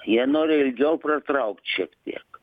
jei nori ilgiau pratraukt šiek tiek